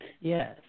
yes